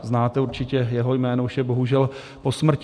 Znáte určitě jeho jméno, už je bohužel po smrti.